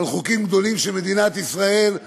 על חוקים גדולים של מדינת ישראל.